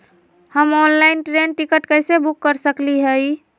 हम online train ticket कैसे book कर सकली हई?